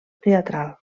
teatral